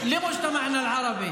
לסיכום ענייננו זה, לחברה הערבית, )